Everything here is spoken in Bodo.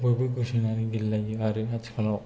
बयबो गोसो होनानै गलेनायजों आरो आथिखालाव